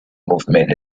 movement